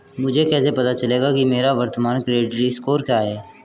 मुझे कैसे पता चलेगा कि मेरा वर्तमान क्रेडिट स्कोर क्या है?